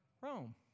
Rome